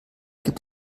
gibt